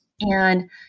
And-